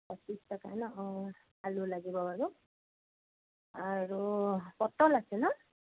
পঁচিছ টকা ন অঁ আলু লাগিব বাৰু আৰু পটল আছে ন